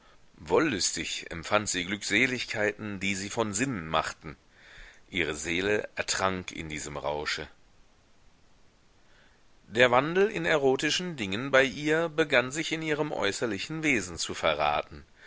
wollüstig empfand sie glückseligkeiten die sie von sinnen machten ihre seele ertrank in diesem rausche der wandel in erotischen dingen bei ihr begann sich in ihrem äußerlichen wesen zu verraten